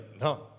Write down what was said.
no